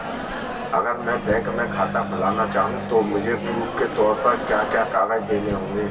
अगर मैं बैंक में खाता खुलाना चाहूं तो मुझे प्रूफ़ के तौर पर क्या क्या कागज़ देने होंगे?